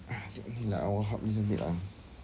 ah tengok ni lah wallhub ni cantik lah